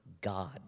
God